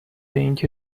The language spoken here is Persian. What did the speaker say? اینکه